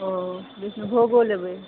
ओ कृष्णभोगो लेबै